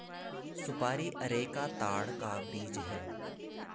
सुपारी अरेका ताड़ का बीज है